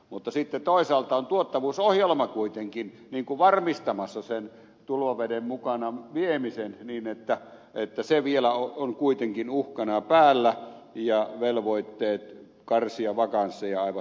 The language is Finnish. mutta sitten toisaalta on tuottavuusohjelma kuitenkin varmistamassa sen tulvaveden mukana viemisen niin että se vielä on kuitenkin uhkana päällä ja velvoitteet karsia vakansseja aivan hillittömät